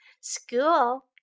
School